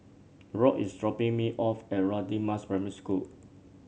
Rock is dropping me off at Radin Mas Primary School